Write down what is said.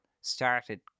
started